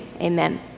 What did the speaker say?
amen